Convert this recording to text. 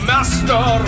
Master